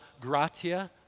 gratia